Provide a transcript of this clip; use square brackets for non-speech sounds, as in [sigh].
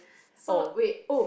[breath] so wait oh